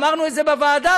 אמרנו את זה בוועדה,